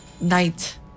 night